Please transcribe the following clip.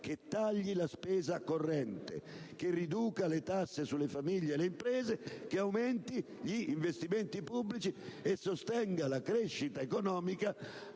che tagli la spesa corrente, riduca le tasse sulle famiglie e le imprese, aumenti gli investimenti pubblici e sostenga la crescita economica